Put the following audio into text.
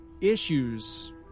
issues